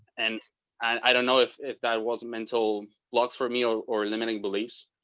and i don't know if, if that wasn't mental blocks for me or or limiting beliefs,